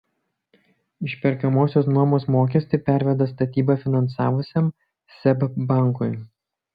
išperkamosios nuomos mokestį perveda statybą finansavusiam seb bankui